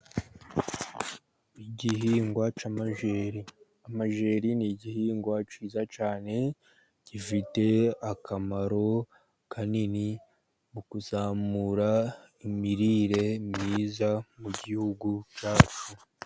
Igihingwa cy'amajeri. Amajeri ni igihingwa cyiza cyane, gifite akamaro kanini mu kuzamura imirire myiza mu gihugu cyacu.